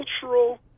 cultural